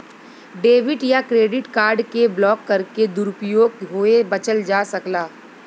debit या credit card के block करके दुरूपयोग होये बचल जा सकला